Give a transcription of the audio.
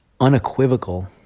unequivocal